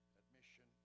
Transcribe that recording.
admission